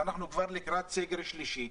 אנחנו כבר לקראת סגר שלישי,